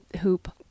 Hoop